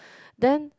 then